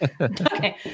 okay